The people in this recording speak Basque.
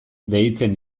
deitzen